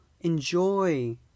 enjoy